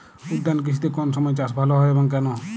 উদ্যান কৃষিতে কোন সময় চাষ ভালো হয় এবং কেনো?